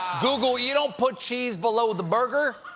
google, you don't put cheese below the burger!